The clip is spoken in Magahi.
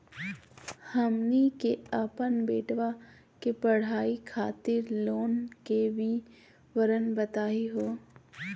हमनी के अपन बेटवा के पढाई खातीर लोन के विवरण बताही हो?